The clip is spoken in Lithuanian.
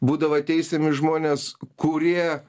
būdavo teisiami žmonės kurie